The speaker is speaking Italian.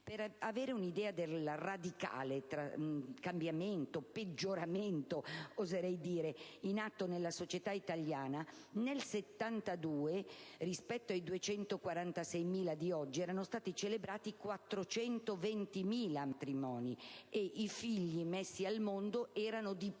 Per avere un'idea del radicale cambiamento - peggioramento, oserei dire - in atto nella società italiana basta ricordare che nel 1972 rispetto ai 246.000 di oggi, erano stati celebrati 420.000 matrimoni; ed i figli messi al mondo erano di più,